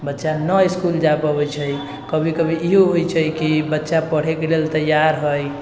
बच्चा नहि इसकुल जा पबै छै कभी कभी इहो होइ छै कि बच्चा पढ़ैके लेल तैयार हइ